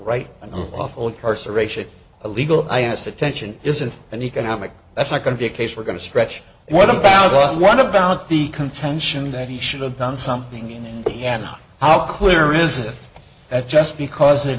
aeration illegal i asked attention isn't an economic that's not going to be a case we're going to stretch what about us what about the contention that he should have done something in the end how clear is it that just because it